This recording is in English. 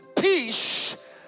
Peace